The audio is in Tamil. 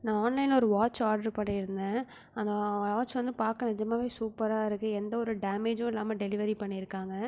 நான் ஆன்லைனில் ஒரு வாட்ச் ஆர்டர் பண்ணியிருந்தேன் அந்த வாட்ச் வந்து பார்க்க நிஜமாவே சூப்பராக இருக்குது எந்த ஒரு டேமேஜும் இல்லாமல் டெலிவரி பண்ணியிருக்காங்க